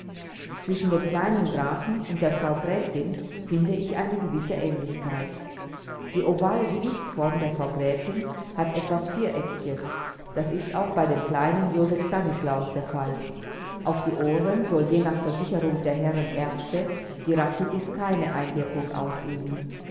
zwischen dem kleinen grafen und der frau gräfin finde ich eine gewisse ähnlichkeit die ovale gesichtsform der frau gräfin hat etwas viereckiges das ist auch bei dem kleinen joseph stanislaus der fall auf die ohren soll ja nach der versicherung der herren ärzte die rachitis keine einwirkung ausüben